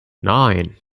nine